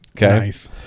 Nice